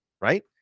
right